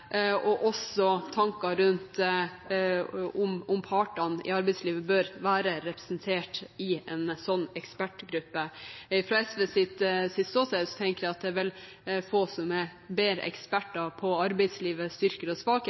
og også tanker rundt om partene i arbeidslivet bør være representert i en sånn ekspertgruppe. Fra SVs ståsted tenker jeg at det er vel få som er bedre eksperter på arbeidslivets styrker og